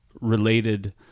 related